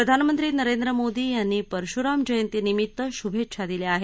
प्रधानमंत्री नरेंद्र मोदी यांनी परशुराम जयंतीनिमित्त शुभेच्छा दिल्या आहेत